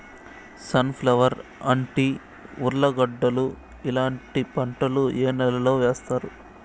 Sun flower, అంటి, ఉర్లగడ్డలు ఇలాంటి పంటలు ఏ నెలలో వేస్తారు?